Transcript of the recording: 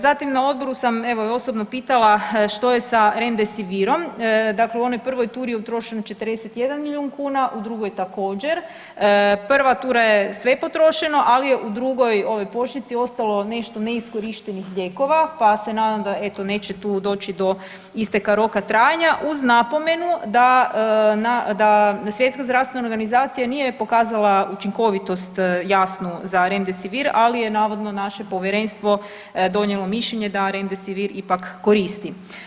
Zatim na odboru sam osobno pitala što je sa remdesivirom, dakle u onoj prvoj turi je utrošen 41 milijun kuna u drugoj također, prva tura je sve potrošeno, ali u drugoj ovoj pošiljci ostalo nešto neiskorištenih lijekova pa se nadam da tu neće doći do isteka roka trajanja, uz napomenu da Svjetska zdravstvena organizacija nije pokazala učinkovitost jasnu za remdesivir, ali je navodno naše povjerenstvo donijelo mišljenje da remdesivir ipak koristi.